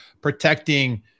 protecting